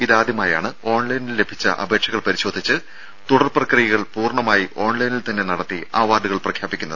ഇതാദ്യമായാണ് ഓൺലൈനിൽ ലഭിച്ച അപേക്ഷകൾ പരിശോധിച്ച് തുടർ പ്രക്രിയകൾ പൂർണമായി ഓൺലൈനിൽ തന്നെ നടത്തി അവാർഡുകൾ പ്രഖ്യാപിക്കുന്നത്